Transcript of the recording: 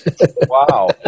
Wow